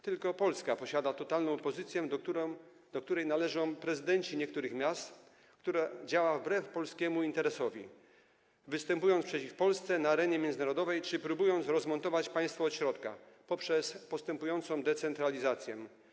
Tylko Polska posiada totalną opozycję, do której należą prezydenci niektórych miast, która działa wbrew polskiemu interesowi, występując przeciw Polsce na arenie międzynarodowej czy próbując rozmontować państwo od środka poprzez postępującą decentralizację.